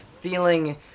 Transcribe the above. feeling